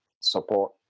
support